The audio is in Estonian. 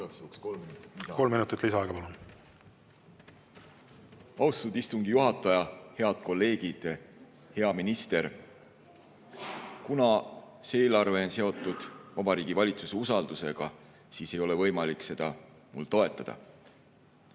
minutit lisaaega, palun!